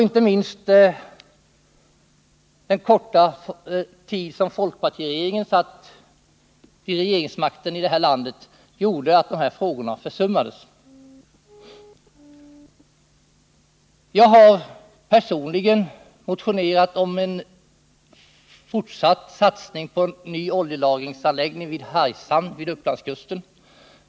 Inte minst innebar den korta tid då folkpartiet satt vid regeringsmakten i det här landet att dessa frågor försummades. Jag har personligen motionerat om en fortsatt satsning på en ny oljelagringsanläggning vid Hargshamn vid Upplandskusten.